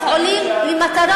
לא טוב לך,